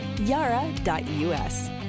yara.us